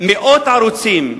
מאות ערוצים,